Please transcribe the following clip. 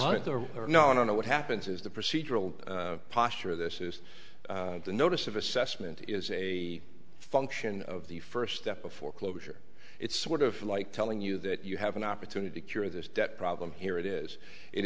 doesn't there are no no no what happens is the procedural posture of this is the notice of assessment is a function of the first step of foreclosure it's sort of like telling you that you have an opportunity cure this debt problem here it is it